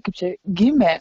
kaip čia gimė